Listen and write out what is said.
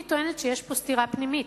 אני טוענת שיש פה סתירה פנימית,